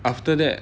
after that